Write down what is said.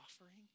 offering